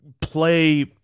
play